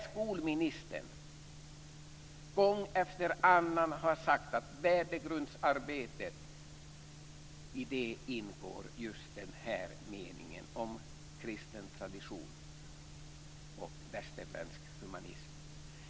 Skolministern har också gång efter annan sagt att just den här meningen om kristen tradition och västerländsk humanism ingår i värdegrundsarbetet.